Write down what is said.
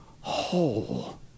whole